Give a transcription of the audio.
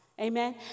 Amen